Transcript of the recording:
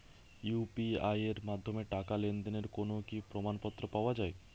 UPI এর মাধ্যমে টাকা লেনদেনের কোন কি প্রমাণপত্র পাওয়া য়ায়?